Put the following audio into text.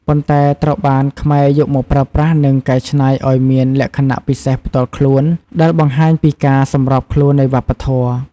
ប៉ុន្តែត្រូវបានខ្មែរយកមកប្រើប្រាស់ និងកែច្នៃឱ្យមានលក្ខណៈពិសេសផ្ទាល់ខ្លួន ដែលបង្ហាញពីការសម្របខ្លួននៃវប្បធម៌។